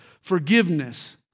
forgiveness